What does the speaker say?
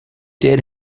did